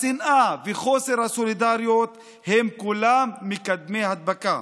השנאה וחוסר הסולידריות הם כולם מקדמי הדבקה.